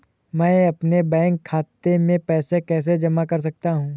मैं अपने बैंक खाते में पैसे कैसे जमा कर सकता हूँ?